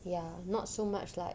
ya not so much like